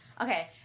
Okay